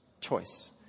choice